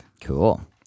Cool